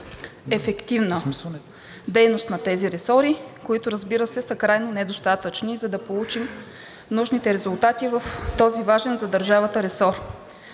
ефективна дейност на този ресор, което, разбира се, е крайно недостатъчно, за да получим нужните резултати в този важен за държавата ресор.